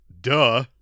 duh